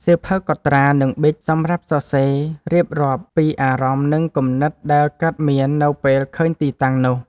សៀវភៅកត់ត្រា និងប៊ិច សម្រាប់សរសេររៀបរាប់ពីអារម្មណ៍ និងគំនិតដែលកើតមាននៅពេលឃើញទីតាំងនោះ។